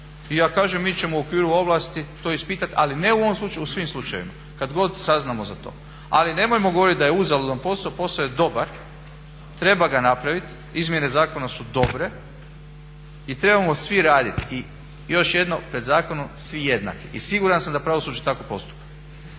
i ja kažem mi ćemo u okviru ovlasti to ispitati, ali ne u ovom slučaju u svim slučajevima kad god saznamo za to. Ali nemojmo govoriti da je uzaludan posao, posao je dobar. Treba ga napraviti. Izmjene zakona su dobre i trebamo svi raditi. I još jednom pred zakonom svi jednaki i siguran sam da pravosuđe tako postupa.